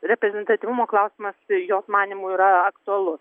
reprezentatyvumo klausimas jos manymu yra aktualus